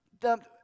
dumped